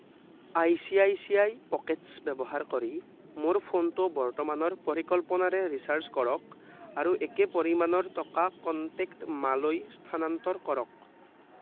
I C I C I Pockets ব্যৱহাৰ কৰি মোৰ ফোনটো বৰ্তমানৰ পৰিকল্পনাৰে ৰিচাৰ্জ কৰক আৰু একে পৰিমাণৰ টকা কনটেক্ট মালৈ স্থানান্তৰ কৰক